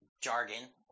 jargon